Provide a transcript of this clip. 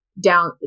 Down